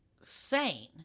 sane